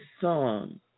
song